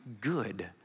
good